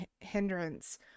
hindrance